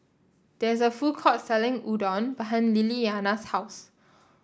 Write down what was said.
there is a food court selling Udon behind Lilyana's house